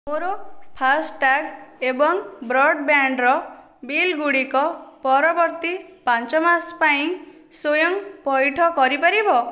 ମୋର ଫାସ୍ଟ୍ୟାଗ୍ ଏବଂ ବ୍ରଡ଼୍ବ୍ୟାଣ୍ଡ୍ର ବିଲ୍ଗୁଡ଼ିକ ପରବର୍ତ୍ତୀ ପାଞ୍ଚ ମାସ ପାଇଁ ସ୍ଵୟଂ ପଇଠ କରିପାରିବ